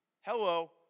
Hello